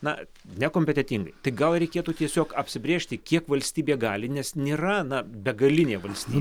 na nekompetentingai tai gal reikėtų tiesiog apsibrėžti kiek valstybė gali nes nėra na begalinė valstybė